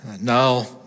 no